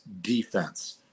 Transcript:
defense